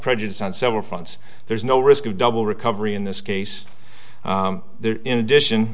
prejudice on several fronts there's no risk of double recovery in this case there in addition